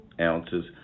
ounces